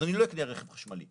אז אני לא אקנה רכב חשמלי.